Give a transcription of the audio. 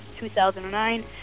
2009